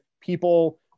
people